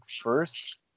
first